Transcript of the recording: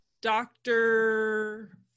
doctor